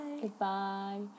Goodbye